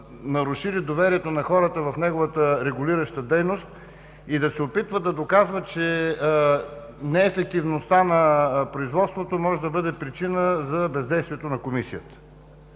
нарушили доверието на хората в неговата регулираща дейност, и да се опитват да доказват, че неефективността на производството може да бъде причина за бездействието на Комисията.